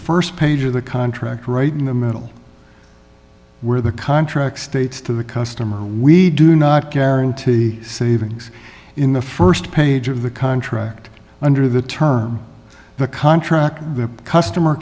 st page of the contract right in the middle where the contract states to the customer we do not guarantee savings in the st page of the contract under the term the contract the customer